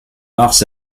mars